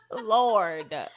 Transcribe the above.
Lord